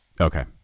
Okay